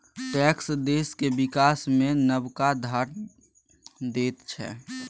tax देशक बिकास मे नबका धार दैत छै